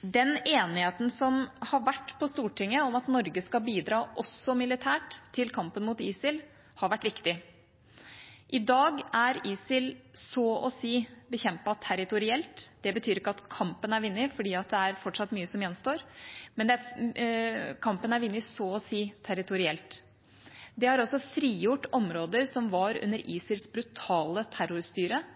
Den enigheten som har vært på Stortinget om at Norge skal bidra også militært i kampen mot ISIL, har vært viktig. I dag er ISIL så å si bekjempet territorielt. Det betyr ikke at kampen er vunnet, for det er fortsatt mye som gjenstår, men kampen er så å si vunnet territorielt. Det har også frigjort områder som var under ISILs brutale terrorstyre.